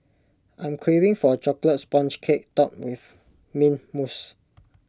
I'm craving for Chocolate Sponge Cake Topped with Mint Mousse